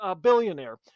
billionaire